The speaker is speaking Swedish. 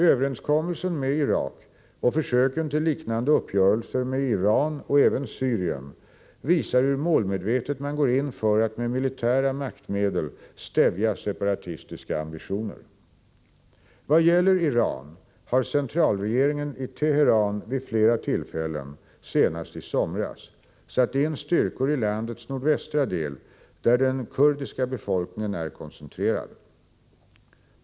Överenskommelsen med Irak och försöken till liknande uppgörelser med Iran och även Syrien visar hur målmedvetet man går in för att med militära maktmedel stävja separatistiska ambitioner. Vad gäller Iran har centralregeringen i Teheran vid flera tillfällen, senast i somras, satt in styrkor i landets nordvästra del där den kurdiska befolkningen är koncentrerad.